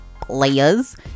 players